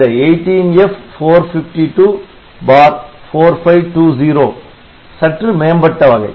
இந்த 18F4524520 சற்று மேம்பட்ட வகை